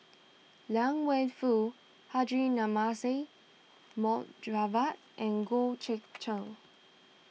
Liang Wenfu Haji Namazie Mohd Javad and Goh Eck Kheng